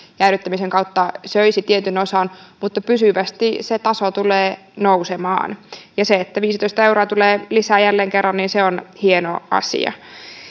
jäädyttämisen kautta söisi tietyn osan mutta pysyvästi se taso tulee nousemaan ja se että viisitoista euroa tulee lisää jälleen kerran on hieno asia